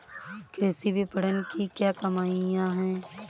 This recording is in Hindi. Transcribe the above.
कृषि विपणन की क्या कमियाँ हैं?